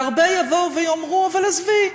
והרבה יבואו ויאמרו: אבל עזבי,